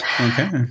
Okay